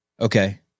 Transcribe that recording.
Okay